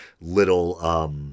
little